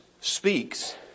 speaks